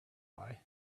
why